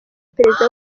perezida